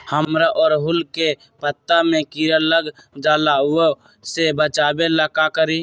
हमरा ओरहुल के पत्ता में किरा लग जाला वो से बचाबे ला का करी?